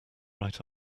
right